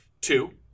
Two